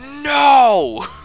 no